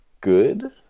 good